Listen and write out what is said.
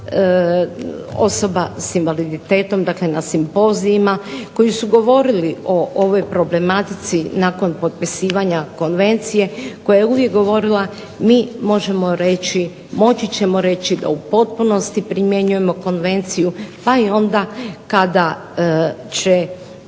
osoba sa invaliditetom, dakle na simpozijima koji su govorili o ovoj problematici nakon potpisivanja konvencije koja je uvijek govorila mi možemo reći, moći ćemo reći da u potpunosti primjenjujemo konvenciju, pa i onda kada će